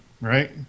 right